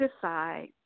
decide